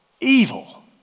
evil